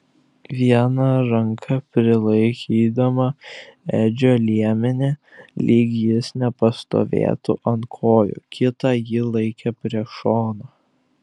viena ranka prilaikydama edžio liemenį lyg jis nepastovėtų ant kojų kitą ji laikė prie šono